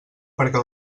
perquè